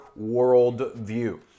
worldview